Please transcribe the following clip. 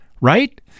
Right